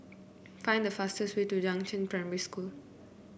find the fastest way to Yangzheng Primary School